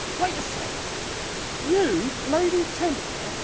wait a sec you, lady templar,